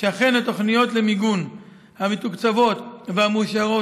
שאכן התוכניות למיגון המתוקצבות והמאושרות,